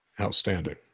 Outstanding